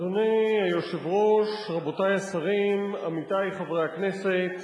אדוני היושב-ראש, רבותי השרים, עמיתי חברי הכנסת,